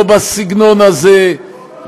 לא בסגנון הזה,